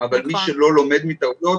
אבל מי שלא לומד מטעויות,